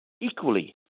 equally